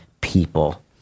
people